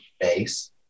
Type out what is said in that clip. base